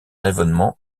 événement